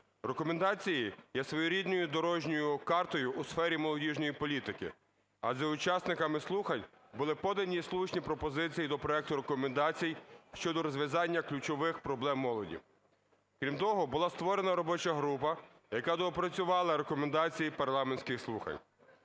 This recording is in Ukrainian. Рекомендації є своєрідною дорожньою картою у сфері молодіжної політики, адже учасниками слухань були подані слушні пропозиції до проекту рекомендацій щодо розв'язання ключових проблем молоді. Крім того була створена робоча група, яка доопрацювала рекомендації парламентських слухань.